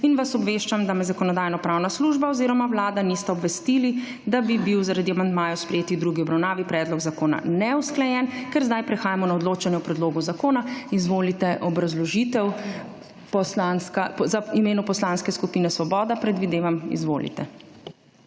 in vas obveščam, da me Zakonodajno-pravna služba oziroma Vlada nista obvestili, da bi bil zaradi amandmajev, sprejetih v drugi obravnavi, predlog zakona neusklajen. Ker zdaj prehajamo na odločanje o predlogu zakona, izvolite obrazložitev, v imenu Poslanske skupine svoboda, predvidevam. Izvolite.